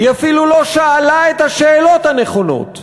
היא אפילו לא שאלה את השאלות הנכונות.